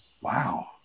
Wow